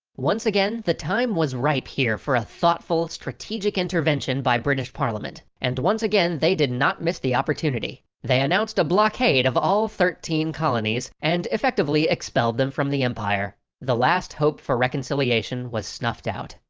once again, the time was ripe for a thoughtful, strategic intervention by british parliament. and once again, they did not miss the opportunity. they announced a blockade of all thirteen colonies and effectively expelled them from the empire. the last hope for reconciliation was snuffed out.